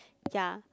ya